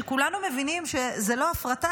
שכולנו מבינים שזו לא הפרטה.